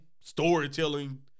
storytelling